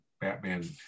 Batman